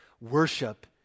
Worship